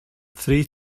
three